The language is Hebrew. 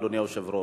אדוני היושב-ראש.